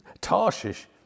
Tarshish